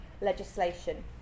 legislation